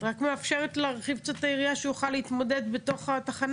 את רק מאפשרת להרחיב קצת את היריעה כדי שהוא יוכל להתמודד בתוך התחנה.